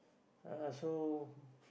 uh so